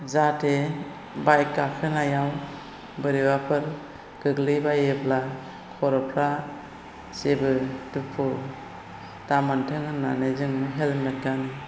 जाहाथे बाइक गाखोनायाव बोरैबाफोर गोग्लैबायोब्ला खर'फ्रा जेबो दुखु दा मोन्थों होननानै जोङो हेलमेट गानो